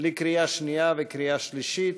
לקריאה שנייה ולקריאה שלישית.